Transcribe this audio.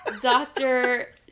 Doctor